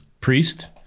priest